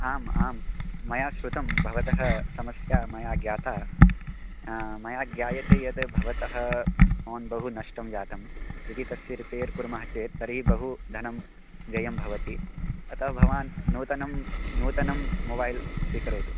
आम् आं मया श्रुतं भवतः समस्या मया ज्ञाता मया ज्ञायते यद् भवतः पोन् बहु नष्टं जातं यदि तस्य रिपैर् कुर्मः चेत् तर्हि बहु धनं व्ययं भवति अतः भवान् नूतनं नूतनं मोबैल् स्वीकरोतु